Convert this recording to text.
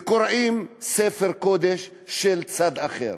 וקורעים ספר קודש של צד אחר?